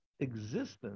existence